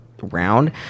round